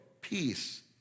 peace